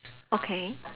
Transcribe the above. okay